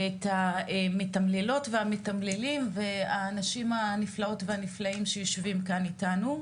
ואת המתמללות והמתמללים והאנשים הנפלאות והנפלאים שיושבים כאן אתנו.